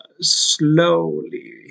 slowly